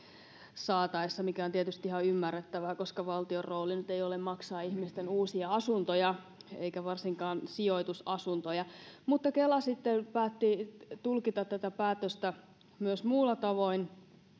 saataessa mikä on tietysti ihan ymmärrettävää koska valtion rooli nyt ei ole maksaa ihmisten uusia asuntoja eikä varsinkaan sijoitusasuntoja mutta kela sitten päätti tulkita tätä päätöstä myös muulla tavoin